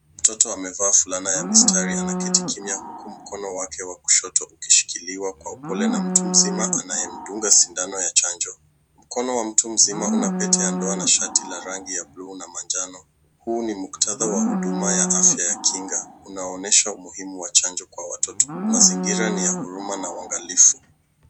Mtoto amevaa fulana ya mistari anaketi kimya huku mkono wake wa kushoto ukishikiliwa kwa upole na mtu mzima anayemdunga sindano ya chanjo. Mkono wa mtu mzima unapete na shati la rangi ya buluu na manjano. Huu ni muktadha wa huduma ya afya ya kinga, unaoonyesha umuhimu wa chanjo kwa watoto. Mazingira ni ya huruma na uangalifu.